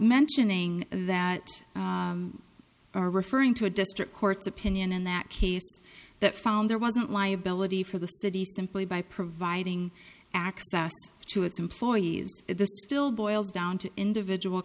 mentioning that are referring to a district court's opinion in that case that found there wasn't liability for the city simply by providing access to its employees this still boils down to individual